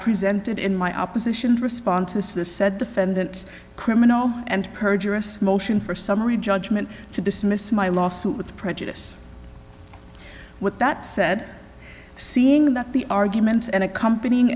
presented in my opposition responses to the said defendant criminal and perjurious motion for summary judgment to dismiss my lawsuit with prejudice with that said seeing that the arguments and accompany